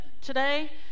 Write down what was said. today